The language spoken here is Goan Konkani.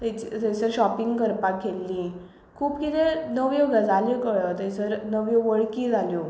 थंयसर शोपिंग करपाक गेल्ली खूब कितें नव्यो गजाली कळ्यो थंयसर नव्यो वळखी जाल्यो